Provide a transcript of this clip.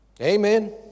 Amen